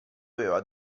aveva